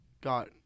got